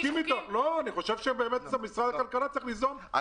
בסוף זה מסתכם בזה שפחות משפחות יקבלו את זה - זה בדיוק האיזונים האלה.